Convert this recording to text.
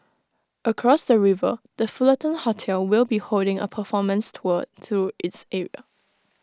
across the river the Fullerton hotel will be holding A performance tour through its area